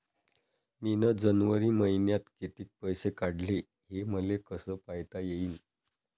मिन जनवरी मईन्यात कितीक पैसे काढले, हे मले कस पायता येईन?